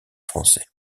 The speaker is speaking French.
français